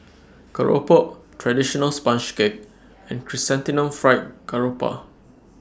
Keropok Traditional Sponge Cake and Chrysanthemum Fried Garoupa